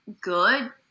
good